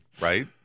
right